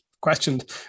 questioned